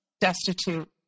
destitute